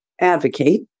advocate